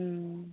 ও